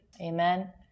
Amen